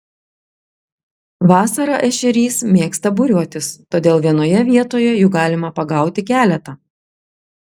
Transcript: vasarą ešerys mėgsta būriuotis todėl vienoje vietoje jų galima pagauti keletą